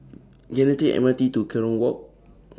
Can I Take M R T to Kerong Walk